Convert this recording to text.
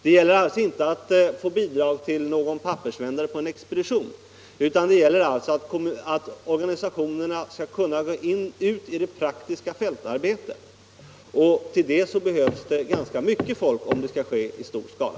Här gäller det alltså inte att få bidrag till någon pappersvändare på en expedition, utan det gäller att organisationerna skall kunna gå ut i det praktiska fältarbetet, och till det behövs det ganska mycket folk om det skall ske i stor skala.